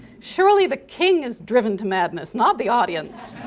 surely the king is driven to madness, not the audience!